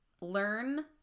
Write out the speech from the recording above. learn